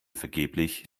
vergeblich